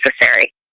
necessary